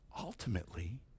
ultimately